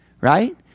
Right